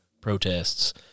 protests